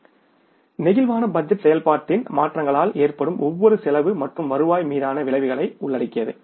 flexible budget செயல்பாட்டின் மாற்றங்களால் ஏற்படும் ஒவ்வொரு செலவு மற்றும் வருவாய் மீதான விளைவுகளை உள்ளடக்கியது